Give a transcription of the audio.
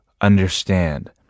understand